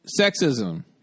sexism